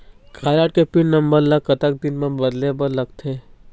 Card के pin number ला कतक दिन म बदले बर लगथे?